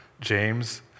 James